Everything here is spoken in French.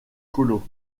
colo